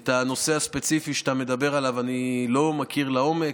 את הנושא הספציפי שאתה מדבר עליו אני לא מכיר לעומק,